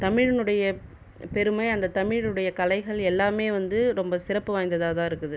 தமிழினுடைய பெருமை அந்த தமிழினுடைய கலைகள் எல்லாமே வந்து ரொம்ப சிறப்பு வாய்ந்ததாதான் இருக்குது